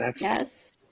Yes